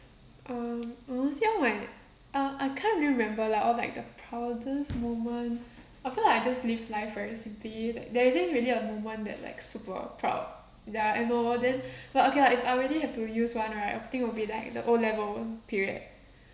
um honestly oh my uh I can't really remember lah or like the proudest moment I feel like I just live life very simply like there isn't really a moment that like super proud that I know then but okay lah if I really have to use one right I would think it would be like the O level period